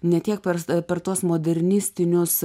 ne tiek perz e per tuos modernistinius